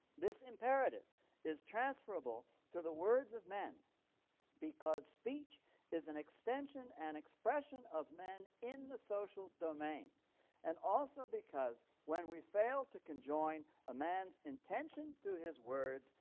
this imperative is transferable to the words of men because speech is an extension and expression of men in the social domain and also because when we fail to conjoin a man's intention to his words,